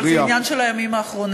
אבל זה עניין של הימים האחרונים,